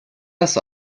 das